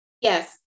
Yes